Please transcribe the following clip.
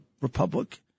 republic